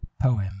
poem